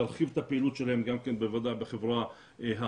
להרחיב את הפעילות שלהן גם בחברה הערבית.